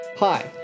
Hi